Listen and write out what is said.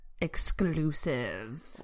Exclusive